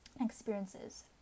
experiences